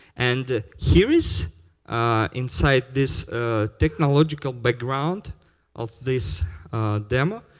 and here is inside this technologilogical background of this demo,